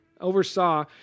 oversaw